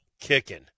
kicking